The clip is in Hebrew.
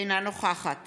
אינה נוכחת